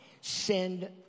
send